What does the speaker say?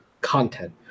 content